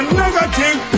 negative